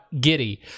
giddy